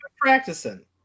practicing